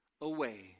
away